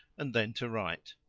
and then to write.